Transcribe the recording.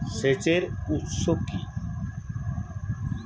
সেচের উৎস কি?